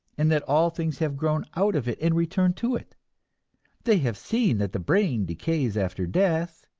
and that all things have grown out of it and return to it they have seen that the brain decays after death,